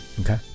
okay